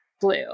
blue